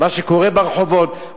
מה שקורה ברחובות.